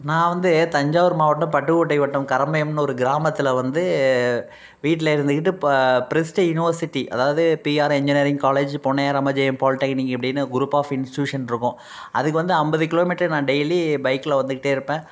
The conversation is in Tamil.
நான் வந்து தஞ்சாவூர் மாவட்டம் பட்டுக்கோட்டை வட்டம் கரம்பயம்ன்னு ஒரு கிராமத்தில் வந்து வீட்டில் இருந்துக்கிட்டு ப ப்ரிஸ்ட்டி யுனிவர்சிட்டி அதாவது PR engineering college Ponnaiyah Ramajayam polytechnic அப்படின்னு குரூப் ஆஃப் இன்ஸ்டியூஷனிருக்கும் அதுக்கு வந்து ஐம்பது கிலோ மீட்டர் நான் டெய்லி பைக்கில் வந்துக்கிட்டே இருப்பேன்